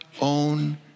own